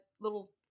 little